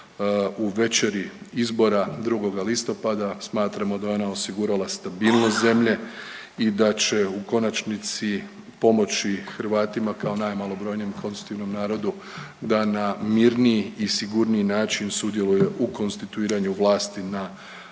u večeri izbora 2. listopada. Smatramo da je ona osigurala stabilnost zemlje i da će u konačnici pomoći Hrvatima kao najmalobrojnijem konstitutivnom narodu da na mirniji i sigurniji način sudjeluje u konstituiranju vlasti na razini